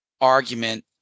argument